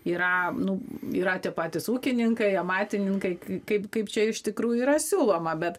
yra nu yra tie patys ūkininkai amatininkai kaip kaip čia iš tikrųjų yra siūloma bet